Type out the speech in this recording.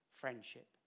friendship